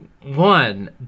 One